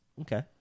Okay